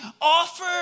offer